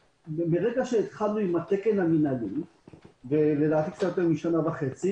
שהתחלנו בתקן המינהלי המוגבר לפני קצת יותר משנה וחצי